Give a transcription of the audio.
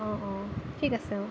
অঁ অঁ ঠিক আছে অঁ